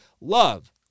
Love